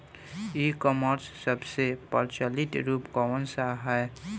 ई कॉमर्स क सबसे प्रचलित रूप कवन सा ह?